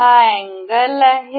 हा अँगल आहे